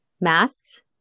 masks